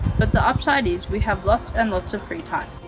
but the upside is we have lots and lots of free time.